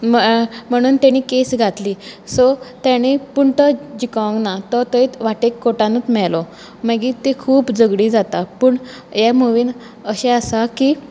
म्ह म्हणून तेणी केस घातली सो ताणें पूण तो जिकूंक ना तो थंयच वाटेक कोटानूच मेलो मागीर ते खूब झगडी जाता पूण हे मुवीन अशें आसा की